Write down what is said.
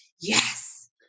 yes